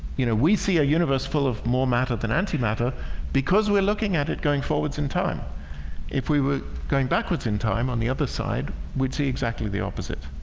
you know we see a universe full of more matter than antimatter because we're looking at it going forwards in time if we were going backwards in time on the other side we'd see exactly the opposite